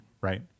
right